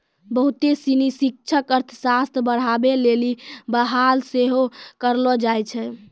बहुते सिनी शिक्षक अर्थशास्त्र पढ़ाबै लेली बहाल सेहो करलो जाय छै